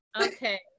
okay